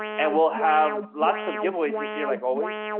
and we'll have lots of giveaways this year, like always,